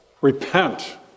Repent